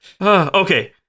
Okay